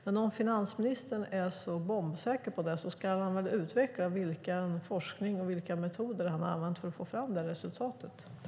Men om finansministern är bombsäker på det ska han väl utveckla vilken forskning och vilka metoder han har använt för att få fram det här resultatet.